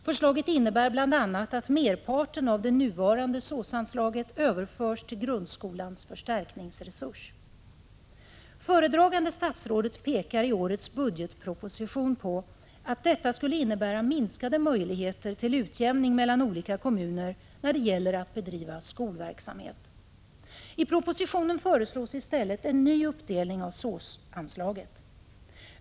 Förslaget innebär bl.a. att merparten av det nuvarande SÅS-anslaget överförs till grundskolans förstärkningsresurs. Föredragande statsrådet pekar i årets budgetproposition på att detta skulle innebära minskade möjligheter till utjämning mellan olika kommuner när det gäller att bedriva skolverksamhet. I propositionen föreslås i stället en ny uppdelning av SÅS-anslaget.